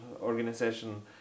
organization